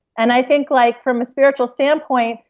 and i think like from a spiritual standpoint,